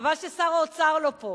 חבל ששר האוצר לא פה.